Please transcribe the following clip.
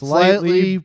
Slightly